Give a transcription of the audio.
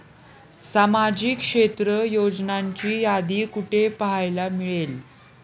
सामाजिक क्षेत्र योजनांची यादी कुठे पाहायला मिळेल?